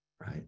Right